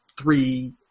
three